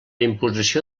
imposició